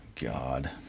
God